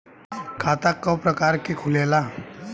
खाता क प्रकार के खुलेला?